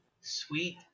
sweet